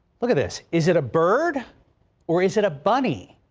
look at this is it a bird or is it a bunny.